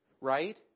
Right